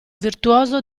virtuoso